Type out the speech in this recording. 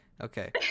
Okay